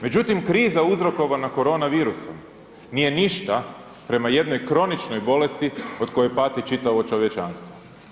Međutim, kriza uzrokovana corona virusom nije ništa prema jednoj kroničnoj bolesti od koje pati čitavo čovječanstvo.